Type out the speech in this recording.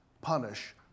punish